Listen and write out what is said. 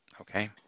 Okay